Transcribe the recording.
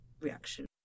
reaction